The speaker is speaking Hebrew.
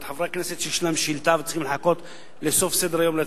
ואת חברי הכנסת שיש להם שאילתא וצריכים לחכות לסוף סדר-היום להצביע,